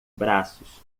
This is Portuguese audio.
braços